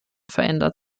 verändert